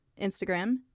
Instagram